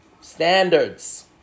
Standards